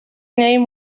name